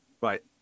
Right